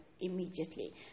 immediately